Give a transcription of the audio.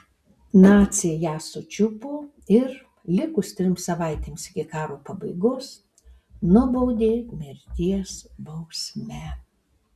naciai ją sučiupo ir likus trims savaitėms iki karo pabaigos nubaudė mirties bausme